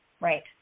Right